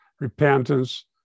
repentance